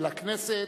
ולכנסת,